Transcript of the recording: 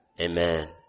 Amen